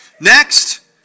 Next